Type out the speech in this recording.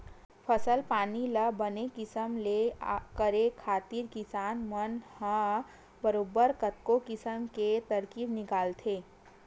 फसल पानी ल बने किसम ले करे खातिर किसान मन ह बरोबर कतको किसम के तरकीब निकालथे